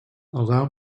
allow